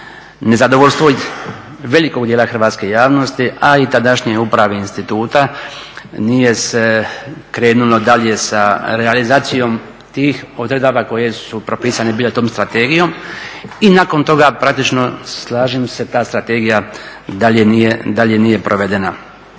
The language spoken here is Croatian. nezadovoljstvo velikog dijela hrvatske javnosti, a i tadašnje uprave instituta nije se krenulo dalje sa realizacijom tih odredaba koje su propisane bile tom strategijom i nakon toga pretežno slažem se ta strategija dalje nije provedena.